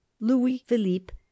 Louis-Philippe